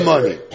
money